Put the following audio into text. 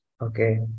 Okay